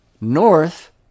north